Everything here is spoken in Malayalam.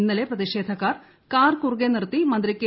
ഇന്നലെ പ്രതിഷേധക്കാർ കാർ കുറുകെ നിർത്തി മന്ത്രി കെ